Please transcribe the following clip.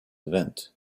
event